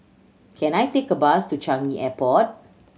can I take a bus to Changi Airport